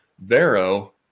Vero